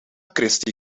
christie